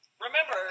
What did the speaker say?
Remember